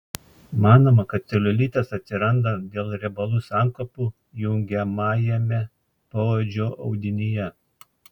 manoma kad celiulitas atsiranda dėl riebalų sankaupų jungiamajame poodžio audinyje